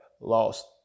lost